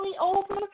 over